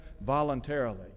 voluntarily